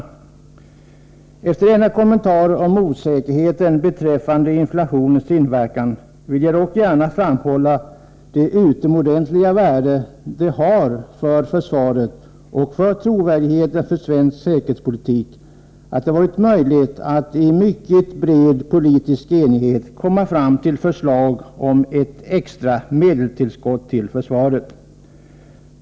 Efter denna kommentar om osäkerheten beträffande inflationens inver kan vill jag dock gärna framhålla det utomordentliga värde det har för försvaret och för trovärdigheten för svensk säkerhetspolitik att det varit möjligt att i mycket bred politisk enighet komma fram till förslag om ett extra medelstillskott till försvaret.